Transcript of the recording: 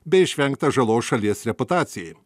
bei išvengta žalos šalies reputacijai